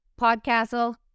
Podcastle